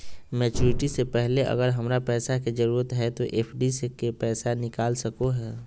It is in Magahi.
मैच्यूरिटी से पहले अगर हमरा पैसा के जरूरत है तो एफडी के पैसा निकल सको है?